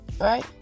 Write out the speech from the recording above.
Right